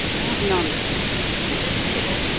what nonsense! i'm as fit as a fiddle.